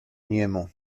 niemu